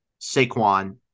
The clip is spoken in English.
Saquon